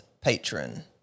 patron